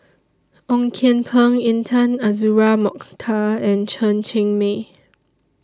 Ong Kian Peng Intan Azura Mokhtar and Chen Cheng Mei